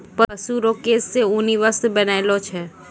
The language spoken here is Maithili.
पशु रो केश से ऊनी वस्त्र बनैलो छै